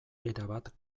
erabat